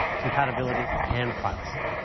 compatibility, and privacy.